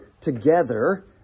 together